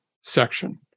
section